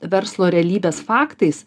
verslo realybės faktais